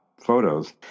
photos